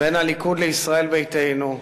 בין הליכוד לישראל ביתנו,